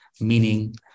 meaning